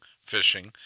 fishing